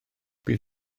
bydd